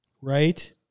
right